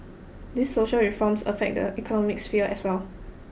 these social reforms affect the economic sphere as well